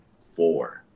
four